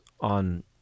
on